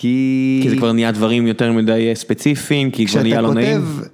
כי זה כבר נהיה דברים יותר מדי ספציפיים, כשאתה כותב...